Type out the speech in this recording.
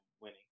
winning